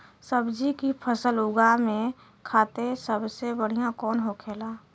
सब्जी की फसल उगा में खाते सबसे बढ़ियां कौन होखेला?